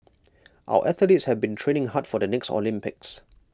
our athletes have been training hard for the next Olympics